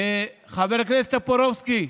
חבר הכנסת טופורובסקי,